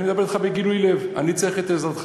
אני צריך את העזרה.